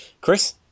Chris